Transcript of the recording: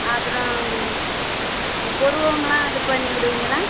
அப்புறம் புருவமெல்லாம் இது பண்ணி விடுவிங்களா